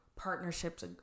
partnerships